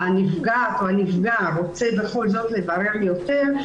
והנפגעת או הנפגע רוצים בכל זאת לברר יותר,